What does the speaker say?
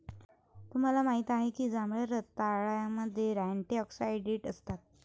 तुम्हाला माहित आहे का की जांभळ्या रताळ्यामध्ये अँटिऑक्सिडेंट असतात?